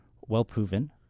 well-proven